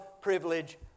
privilege